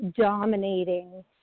dominating